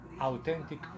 authentic